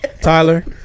tyler